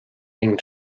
linn